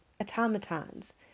automatons